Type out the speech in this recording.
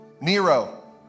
Nero